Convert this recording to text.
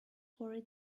worried